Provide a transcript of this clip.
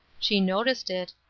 she noticed it,